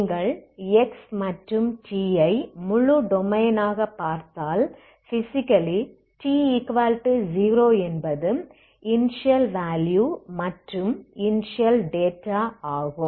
நீங்கள் x மற்றும் t யை முழு டொமைன் ஆக பார்த்தால் பிசிக்கலி t0என்பது இனிஷியல் வேலுயு மற்றும் இனிஷியல் டேட்டா ஆகும்